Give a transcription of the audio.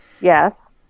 Yes